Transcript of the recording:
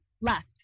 Left